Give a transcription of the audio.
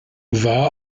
war